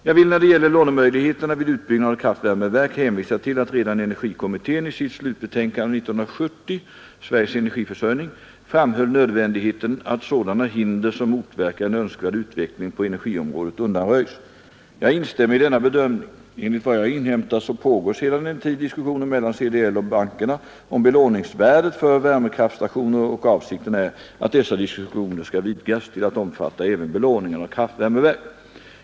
Jag vill när det gäller lånemöjligheterna vid utbyggnad av kraftvärmeverk hänvisa till att redan energikommittén i sitt slutbetänkande 1970, Sveriges energiförsörjning, framhöll nödvändigheten att sådana hinder som motverkar en önskvärd utveckling på energiområdet undanröjs. Jag instämmer i denna bedömning. Enligt vad jag inhämtat så pågår sedan en tid diskussioner mellan CDL och bankerna om belåningsvärdet för värmekraftstationer, och avsikten är att dessa diskussioner skall vidgas till att omfatta även belåningen av kraftvärmeverk.